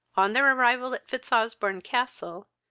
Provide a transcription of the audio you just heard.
on their arrival at fitzosbourne-castle,